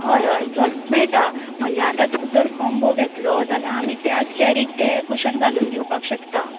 हय हय चल मेळटा म्हणचे आतां तुमी जर कॉम्बो घेतलो जाल्यार आमी त्याच चेरीक कुशन घालून दिवपाक शकता